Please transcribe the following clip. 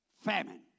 famine